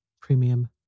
Premium